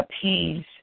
appease